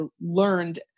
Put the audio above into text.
learned